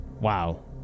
Wow